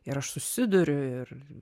ir aš susiduriu ir